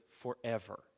forever